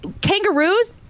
kangaroos